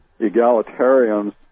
egalitarians